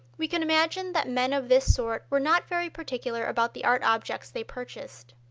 we can imagine that men of this sort were not very particular about the art objects they purchased.